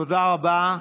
תודה רבה.